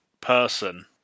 person